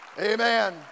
Amen